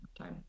Okay